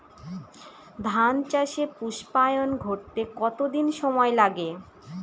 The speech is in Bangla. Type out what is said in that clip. ধান চাষে পুস্পায়ন ঘটতে কতো দিন সময় লাগে?